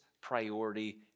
priority